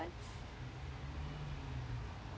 thoughts